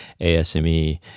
ASME